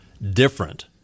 different